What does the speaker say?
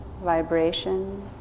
vibration